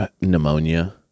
pneumonia